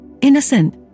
Innocent